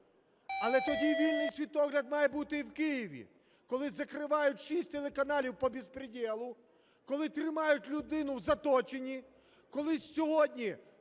Але тоді вільний світогляд має бути і в Києві, коли закривають шість телеканалів по бєспрєдєлу, коли тримають людину в заточенні, коли сьогодні